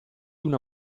una